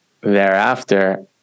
thereafter